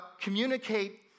communicate